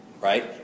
Right